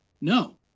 No